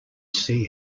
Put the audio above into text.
see